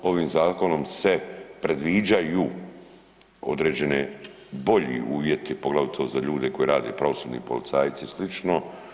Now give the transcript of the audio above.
Ovim zakonom se predviđaju određeni bolji uvjeti, poglavito za ljude koji rade, pravosudni policajci i slično.